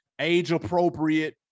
Age-Appropriate